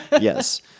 Yes